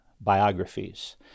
biographies